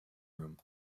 room